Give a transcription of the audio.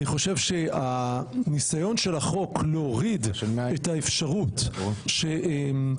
אני חושב שהניסיון של החוק להוריד את האפשרות שראש